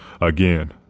Again